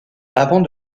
avant